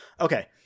Okay